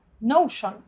notion